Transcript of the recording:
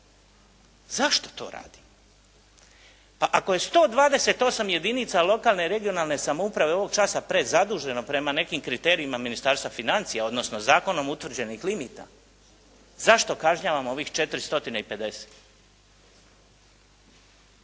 Zašto to radimo? Pa ako je 128 jedinica lokalne i regionalne samouprave ovog časa prezaduženo prema nekim kriterijima Ministarstva financija, odnosno zakonom utvrđenih limita, zašto kažnjavamo ovih 450?